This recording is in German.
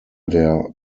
der